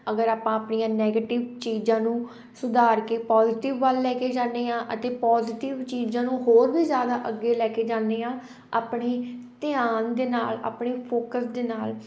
ਅਗਰ ਆਪਾਂ ਆਪਣੀਆਂ ਨੈਗੇਟਿਵ ਚੀਜ਼ਾਂ ਨੂੰ ਸੁਧਾਰ ਕੇ ਪੋਜੀਟਿਵ ਵੱਲ ਲੈ ਕੇ ਜਾਂਦੇ ਹਾਂ ਅਤੇ ਪੋਜੀਟਿਵ ਚੀਜ਼ਾਂ ਨੂੰ ਹੋਰ ਵੀ ਜ਼ਿਆਦਾ ਅੱਗੇ ਲੈ ਕੇ ਜਾਂਦੇ ਹਾਂ ਆਪਣੇ ਧਿਆਨ ਦੇ ਨਾਲ ਆਪਣੇ ਫੋਕਸ ਦੇ ਨਾਲ